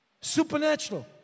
Supernatural